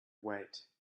wait